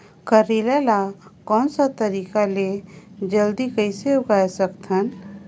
करेला ला कोन सा तरीका ले जल्दी कइसे उगाय सकथन?